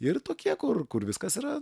ir tokie kur kur viskas yra